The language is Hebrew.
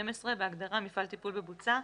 בהגדרה "מפעל טיפול בבוצה",